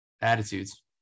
attitudes